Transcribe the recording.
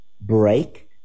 break